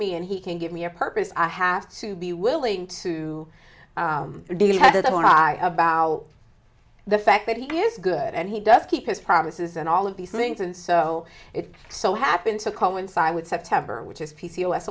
me and he can give me a purpose i have to be willing to have that and i about the fact that he is good and he does keep his promises and all of these things and so it so happened to coincide with september which i